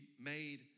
made